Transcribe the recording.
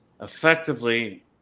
effectively